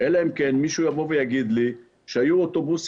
אלא אם כן מישהו יבוא ויגיד לי שהיו אוטובוסים